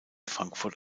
frankfurt